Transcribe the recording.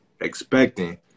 expecting